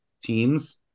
teams